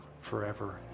forever